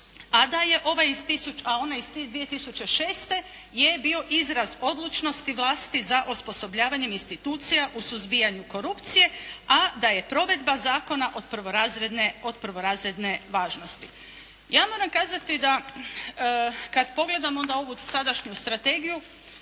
a onaj iz 2006. je bio izraz odlučnosti vlasti za osposobljavanjem institucija u suzbijanju korupcije a da je provedba zakona od prvorazredne važnosti. Ja moram kazati da kad pogledam onda ovu sadašnju strategiju